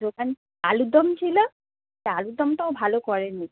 সেখানে আলুর দম ছিলো তা আলুর দমটা ও ভালো করে নি